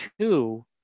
two